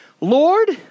Lord